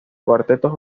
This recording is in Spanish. cuartetos